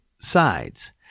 Sides